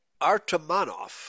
Artemanov